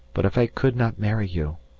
but if i could not marry you,